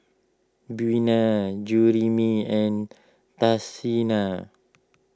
Buena Jerimy and Tashina